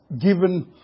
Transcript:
given